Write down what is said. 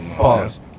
pause